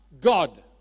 God